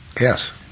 Yes